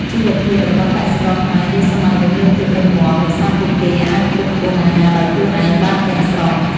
ជីវភាពរបស់កសិករខ្មែរនាសម័យនោះមានភាពរឹងមាំដោយសារពួកគេអាចផ្គត់ផ្គង់អាហារដោយខ្លួនឯងបានទាំងស្រុង។